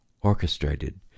orchestrated